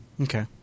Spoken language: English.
Okay